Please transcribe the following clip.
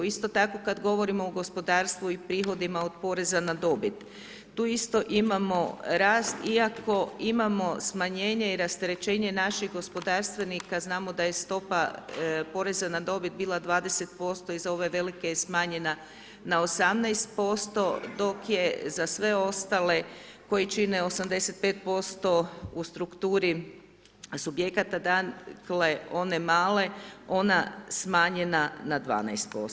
Isto tako kada govorimo o gospodarstvu i prihodima od poreza na dobit, tu isto imamo rast, iako imamo smanjenje i rasterećenje naših gospodarstvenika, znamo da je stopa poreza na dobit bila 20% za ove velike je smanjena na 18%, dok je za sve ostale koji čine 85% u strukturi subjekata dakle, one male, ona smanjena na 12%